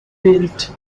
built